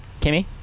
Kimmy